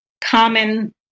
common